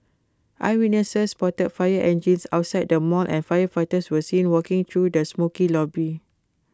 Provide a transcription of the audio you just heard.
eyewitnesses spotted fire engines outside the mall and firefighters were seen walking through the smokey lobby